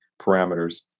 parameters